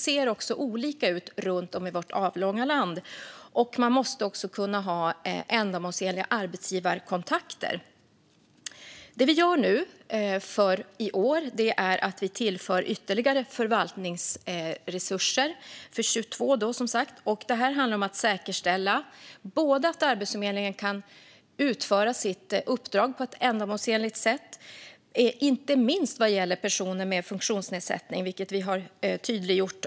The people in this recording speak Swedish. Den ser olika ut runt om i vårt avlånga land. Man måste också kunna ha ändamålsenliga arbetsgivarkontakter. Det vi nu gör för i år är att vi tillför ytterligare förvaltningsresurser för 2022. Det handlar om att säkerställa att Arbetsförmedlingen kan utföra sitt uppdrag på ett ändamålsenligt sätt, inte minst vad gäller personer med funktionsnedsättning, vilket vi har tydliggjort.